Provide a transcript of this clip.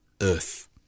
Earth